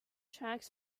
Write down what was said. tracks